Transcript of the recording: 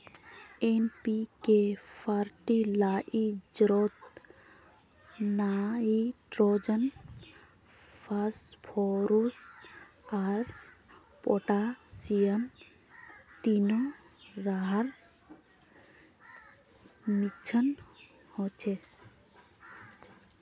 NPK फ़र्टिलाइज़रोत nitrogen, phosphorus आर potassium तीनो रहार मिश्रण होचे